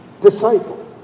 Disciple